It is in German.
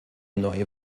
neue